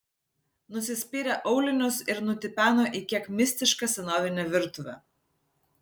nusispyrė aulinius ir nutipeno į kiek mistišką senovinę virtuvę